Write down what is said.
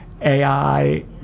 AI